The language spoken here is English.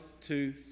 two